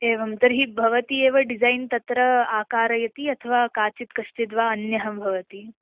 एवं तर्हि भवती एव डिसैन् तत्र आकारयति अथवा काचित् कश्चिद् वा अन्यः भवति